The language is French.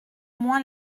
moins